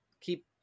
keep